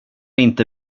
inte